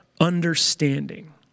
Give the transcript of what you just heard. understanding